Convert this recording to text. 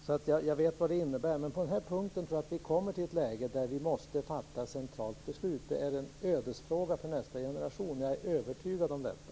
Därför vet jag vad det innebär, men på den här punkten tror jag att vi kommer till ett läge där vi måste fatta ett centralt beslut. Det är en ödesfråga för nästa generation. Jag är övertygad om detta.